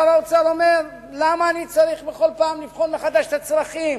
שר האוצר אומר: למה אני צריך בכל פעם לבחון מחדש את הצרכים?